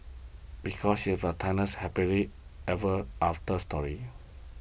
because he have a timeless happily ever after story